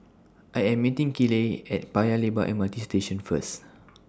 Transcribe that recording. I Am meeting Kiley At Paya Lebar M R T Station First